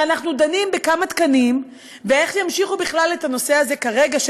ואנחנו דנים בכמה תקנים ואיך בכלל ימשיכו את זה כרגע,